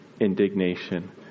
indignation